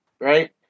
right